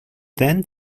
then